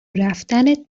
رفتنت